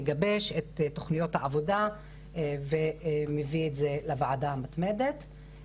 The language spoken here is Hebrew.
מגבש את תוכניות העבודה ומביא את זה לוועדה המתמדת.